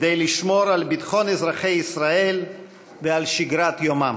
כדי לשמור על ביטחון אזרחי ישראל ועל שגרת יומם.